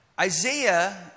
Isaiah